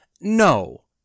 No